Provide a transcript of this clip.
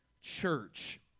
church